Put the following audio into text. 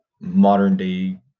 modern-day